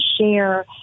share